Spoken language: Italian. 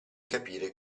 capire